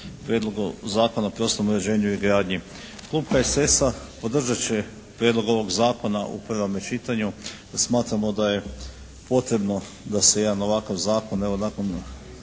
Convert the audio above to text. Prijedlogu Zakona o prostornom uređenju i gradnji. Klub HSS-a podržat će Prijedlog ovog Zakona u prvome čitanju jer smatramo da je potrebno da se jedan ovakav Zakon evo nakon